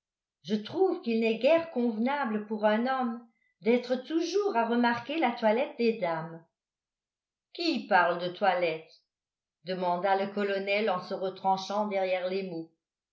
je trouve qu'il n'est guère convenable pour un homme d'être toujours à remarquer la toilette des dames qui parle de toilette demanda le colonel en se retranchant derrière les mots